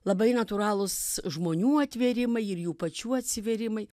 labai natūralūs žmonių atvėrimai ir jų pačių atsivėrimai